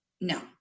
No